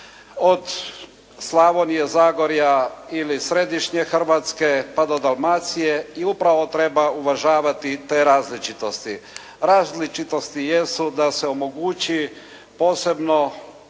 od Slavonije, Zagorja ili središnje Hrvatske pa do Dalmacije i upravo treba uvažavati te različitosti. Različitosti jesu da se omogući posebno